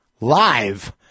live